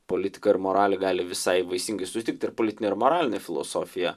politika ir moralė gali visai vaisingai sutikti ir politinę ir moralinę filosofiją